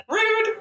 Rude